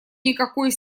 никакой